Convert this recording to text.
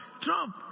Trump